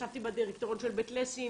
ישבתי בדירקטוריון של בית לסין,